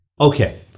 Okay